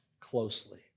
closely